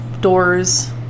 doors